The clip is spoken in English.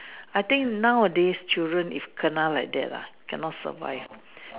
I think nowadays children if kena like that lah cannot survive